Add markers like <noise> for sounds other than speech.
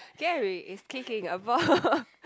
Gary is kicking a ball <laughs>